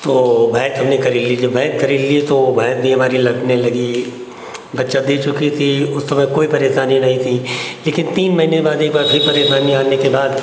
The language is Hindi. तो भैंस हमने खरीद ली जब खरीद लिए तो भैंस भी हमारे लगने लगी बच्चा दे चुकी थी उस समय कोई परेशानी नहीं थी लेकिन तीन महीने बाद एक बार फिर परेशानी आने के बाद